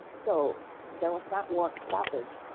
so there was that work stoppage.